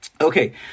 Okay